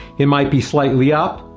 it might be slightly up,